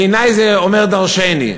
בעיני זה אומר דורשני.